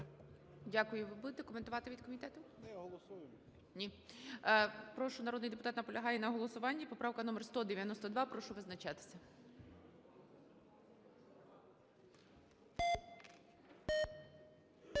Дякую. Ви будете коментувати від комітету? Ні. Прошу, народний депутат наполягає на голосуванні. Поправка номер 192, Прошу визначатися.